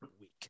week